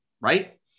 right